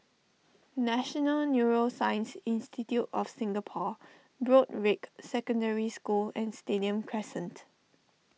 National Neuroscience Institute of Singapore Broadrick Secondary School and Stadium Crescent